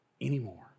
anymore